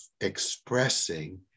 expressing